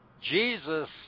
Jesus